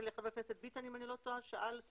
נדמה לי על ידי חבר הכנסת ביטן,